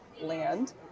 land